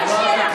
מדברת,